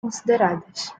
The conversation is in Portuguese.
consideradas